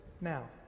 now